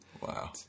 Wow